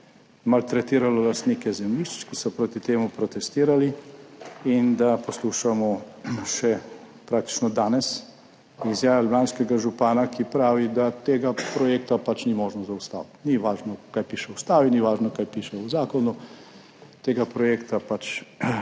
maltretiralo lastnike zemljišč, ki so proti temu protestirali, in da poslušamo še praktično danes izjave ljubljanskega župana, ki pravi, da tega projekta pač ni možno zaustaviti. Ni važno, kaj piše v ustavi, ni važno, kaj piše v zakonu, tega projekta pač,